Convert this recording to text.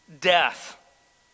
death